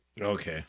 Okay